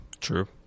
True